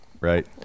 right